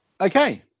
Okay